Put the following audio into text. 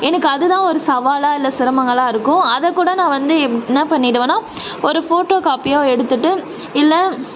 எனக்கு அது தான் ஒரு சவாலாக இல்லை சிரமங்களாக இருக்கும் அதை கூட நான் வந்து என்ன பண்ணிடுவேன்னால் ஒரு ஃபோட்டோ காப்பியோ எடுத்துகிட்டு இல்லை